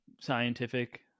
scientific